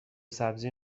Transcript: سبزی